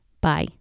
Bye